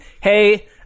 hey